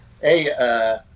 hey